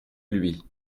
lui